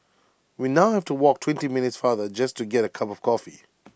we now have to walk twenty minutes farther just to get A cup of coffee